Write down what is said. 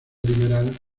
liberal